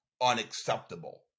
unacceptable